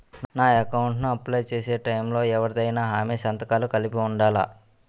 నా అకౌంట్ ను అప్లై చేసి టైం లో ఎవరిదైనా హామీ సంతకాలు కలిపి ఉండలా?